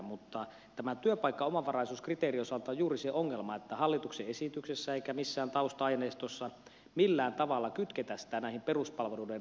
mutta tämän työpaikkaomavaraisuuskriteerin osalta on juuri se ongelma että ei hallituksen esityksessä eikä missään tausta aineistossa millään tavalla kytketä sitä näiden peruspalveluiden rahoittamiseen